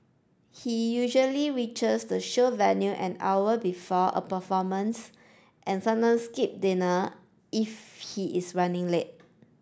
he usually reaches the show venue an hour before a performance and sometimes skip dinner if he is running late